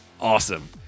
awesome